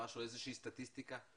איזושהי סטטיסטיקה?